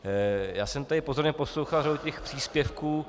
Já jsem tady pozorně poslouchal řadu příspěvků.